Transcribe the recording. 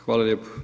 Hvala lijepo.